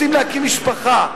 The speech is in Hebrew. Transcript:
רוצים להקים משפחה.